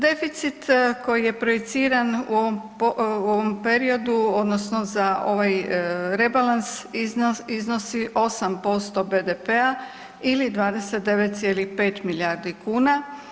Deficit koji je projiciran u ovom periodu odnosno za ovaj rebalans iznosi 8% BDP-a ili 29,5 milijardi kuna.